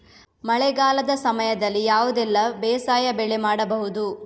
ಮಳೆಗಾಲದ ಸಮಯದಲ್ಲಿ ಯಾವುದೆಲ್ಲ ಬೇಸಾಯ ಬೆಳೆ ಮಾಡಬಹುದು?